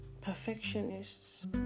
perfectionists